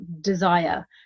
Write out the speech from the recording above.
desire